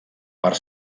part